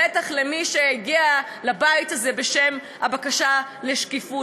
בטח למי שהגיע לבית הזה בשם הבקשה לשקיפות,